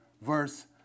verse